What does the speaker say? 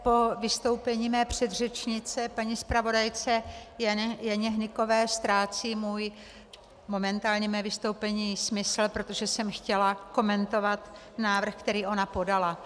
Po vystoupení mé předřečnice paní zpravodajky Jany Hnykové ztrácí moje momentální vystoupení smysl, protože jsem chtěla komentovat návrh, který ona podala.